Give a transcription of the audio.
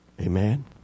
Amen